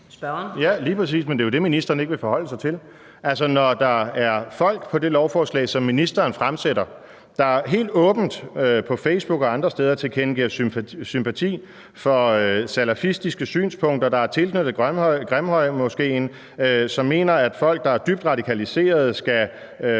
Ja, lige præcis, men det er jo det, ministeren ikke vil forholde sig til. Altså, når der er folk på det lovforslag, som ministeren fremsætter, der helt åbent på Facebook og andre steder tilkendegiver sympati for salafistiske synspunkter; der er tilknyttet Grimhøjmoskeen; som mener, at folk, der er dybt radikaliserede, skal